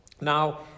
Now